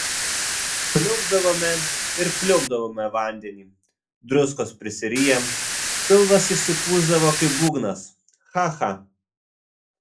pliaupdavome ir pliaupdavome vandenį druskos prisiriję pilvas išsipūsdavo kaip būgnas cha cha